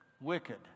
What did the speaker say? Wicked